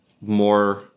more